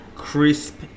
crisp